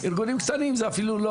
ארגונים קטנים זה אפילו,